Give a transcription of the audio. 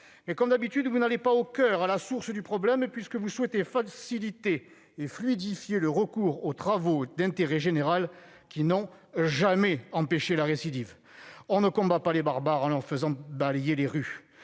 Mais comme d'habitude, vous n'allez pas au coeur et à la source du problème, puisque vous souhaitez faciliter et fluidifier le recours aux travaux d'intérêt général qui n'ont jamais empêché la récidive. On ne combat pas les barbares, en leur faisant balayer les rues,